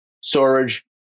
storage